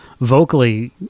Vocally